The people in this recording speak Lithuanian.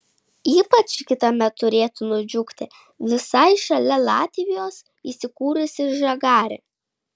ypač kitąmet turėtų nudžiugti visai šalia latvijos įsikūrusi žagarė